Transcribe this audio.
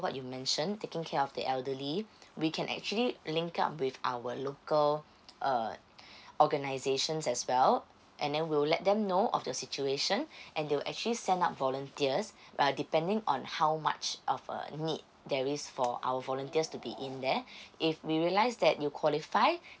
what you mentioned taking care of the elderly we can actually link up with our local err organisations as well and then we'll let them know of your situation and they will actually send up volunteers uh depending on how much of a need there is for our volunteers to be in there if we realised that you qualify